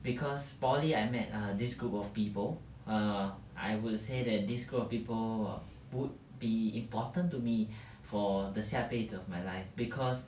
because poly I met err this group of people err I would say that this group of people would be important to me for the 下辈子 of my life because